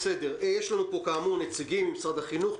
יש לנו כאן כאמור נציגים ממשרד החינוך,